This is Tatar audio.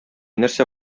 нәрсә